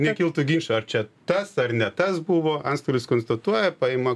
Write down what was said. nekiltų ginčų ar čia tas ar ne tas buvo antstolis konstatuoja paima